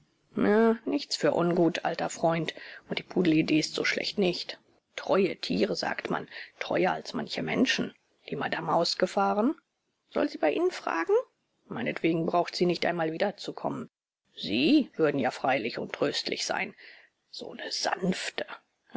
nichts für ungut alter freund und die pudelidee ist so schlecht nicht treue tiere sagt man treuer als manche menschen die madame ausgefahren soll sie bei ihnen fragen meinetwegen braucht sie nicht einmal wiederzukommen sie würden ja freilich untröstlich sein so ne sanfte